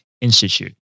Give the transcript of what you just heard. Institute